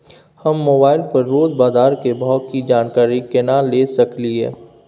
हम मोबाइल पर रोज बाजार के भाव की जानकारी केना ले सकलियै?